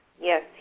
Yes